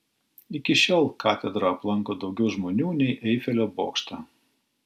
iki šiol katedrą aplanko daugiau žmonių nei eifelio bokštą